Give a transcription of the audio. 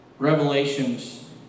Revelations